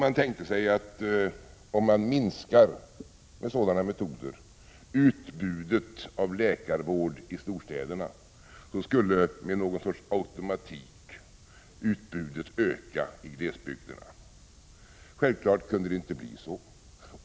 Man tänkte sig att om man med sådana metoder minskade utbudet av läkarvård i storstäderna skulle, med någon sorts automatik, utbudet öka i glesbygderna. Självfallet kunde det inte bli så!